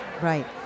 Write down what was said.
Right